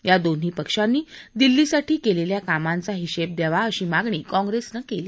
या दोन्ही पक्षांनी दिल्लीसाठी केलेल्या कामांचा हिशेब द्यावा अशी मागणी काँग्रेसनं केली